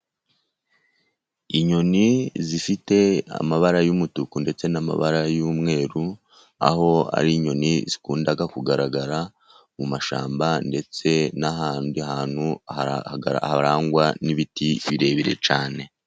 Inyoni zifite amabara y'umutuku ndetse n'amabara y'umweru, aho ari inyoni zikunda kugaragara mu mashyamba ndetse n'ahandi hantu harangwa n'ibiti birebire cyane.